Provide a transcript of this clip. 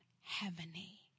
heavenly